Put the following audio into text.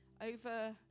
over